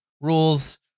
rules